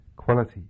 quality